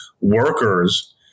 workers